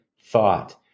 thought